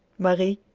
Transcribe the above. marie,